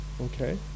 okay